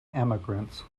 emigrants